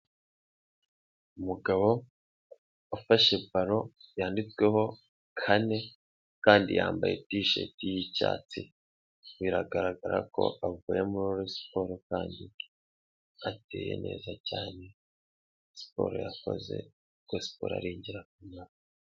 Umugabo ufashe baro yanditsweho kane kandi yambaye tishati yicyatsi, biragaragara ko avuye muri siporo kandi ateye neza cyane, siporo yakoze kuko siporo ari ingirakamaro.